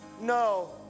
no